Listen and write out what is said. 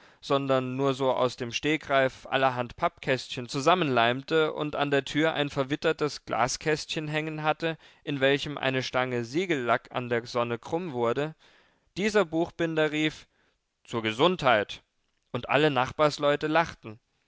sondern nur so aus dem stegreif allerhand pappkästchen zusammenleimte und an der türe ein verwittertes glaskästchen hängen hatte in welchem eine stange siegellack an der sonne krumm wurde dieser buchbinder rief zur gesundheit und alle nachbarsleute lachten